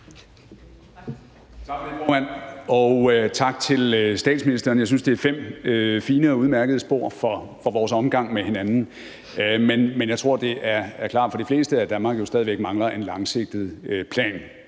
Tak for det, formand. Og tak til statsministeren. Jeg synes, det er fem fine og udmærkede spor for vores omgang med hinanden. Men jeg tror, det er klart for de fleste, at Danmark jo stadig væk mangler en langsigtet plan